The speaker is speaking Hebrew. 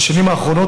בשנים האחרונות,